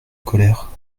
colère